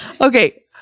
Okay